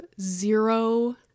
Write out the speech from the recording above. zero